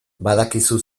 badakizu